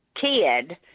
kid